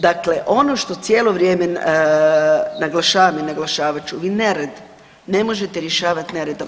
Dakle, ono što cijelo vrijeme naglašavam i naglašavat ću, vi nered ne možete rješavat neredom.